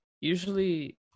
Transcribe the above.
usually